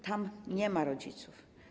Tam nie ma rodziców.